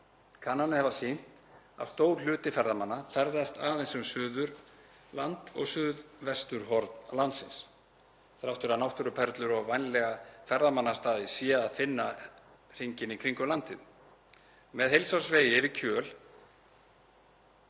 Kannanir hafa sýnt að stór hluti ferðamanna ferðast aðeins um Suðurland og suðvesturhorn landsins þrátt fyrir að náttúruperlur og vænlega ferðamannastaði sé að finna hringinn í kringum landið.